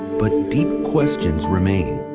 but deep questions remain.